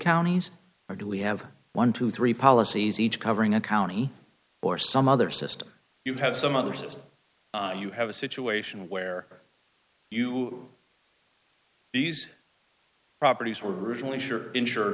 counties or do we have one two three policies each covering a county or some other system you have some other system you have a situation where you these properties were originally sure insured